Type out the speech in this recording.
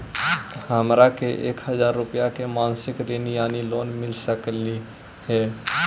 हमरा के एक हजार रुपया के मासिक ऋण यानी लोन मिल सकली हे?